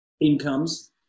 incomes